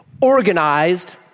organized